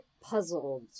puzzled